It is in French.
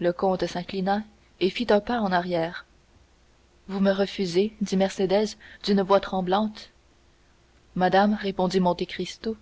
le comte s'inclina et fit un pas en arrière vous me refusez dit mercédès d'une voix tremblante madame répondit monte cristo